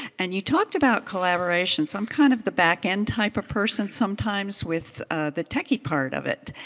and you talked about collaboration. so i'm kind of the back-end type of person sometimes with the techie part of it.